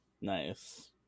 nice